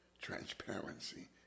transparency